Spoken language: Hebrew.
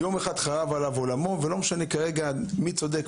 ביום אחד חרב עליו עולמו ולא משנה כרגע מי צודק,